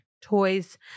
toys